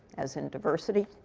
as in diversity.